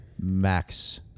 Max